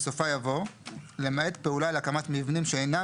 בסופה יבוא: "למעט פעולה להקמת מבנים שאינם